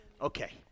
Okay